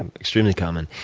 and extremely common.